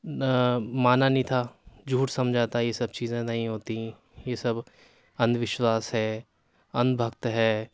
مانا نہیں تھا جھوٹ سمجھا تھا یہ سب چیزیں نہیں ہوتیں یہ سب اندھ وشواس ہے اندھ بھکت ہے